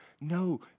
No